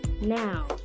Now